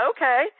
Okay